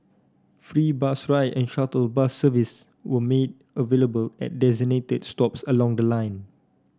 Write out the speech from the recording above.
free bus ride and shuttle bus service were made available at designated stops along the line